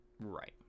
right